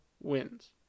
wins